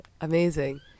Amazing